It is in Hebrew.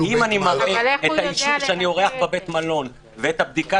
אם אני מראה אישור שאני אורח בבית המלון ואת הבדיקה